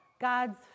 God's